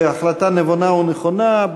החלטה נבונה ונכונה.